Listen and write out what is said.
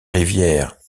rivière